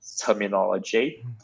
terminology